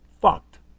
fucked